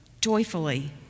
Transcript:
joyfully